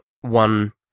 one